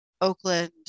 Oakland